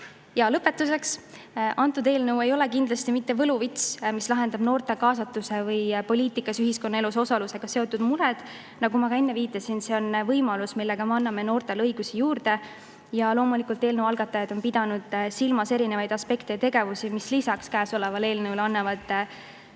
Ja lõpetuseks. Antud eelnõu ei ole kindlasti võluvits, mis lahendab noorte kaasatuse või poliitikas ja ühiskonnaelus osalemisega seotud mured. Nagu ma ka enne viitasin, on see võimalus, millega me anname noortele õigusi juurde. Loomulikult on eelnõu algatajad pidanud silmas erinevaid aspekte ja tegevusi, mis lisaks käesolevale eelnõule aitavad